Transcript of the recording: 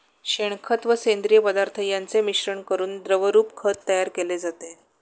शेणखत व सेंद्रिय पदार्थ यांचे मिश्रण करून द्रवरूप खत तयार केले जाते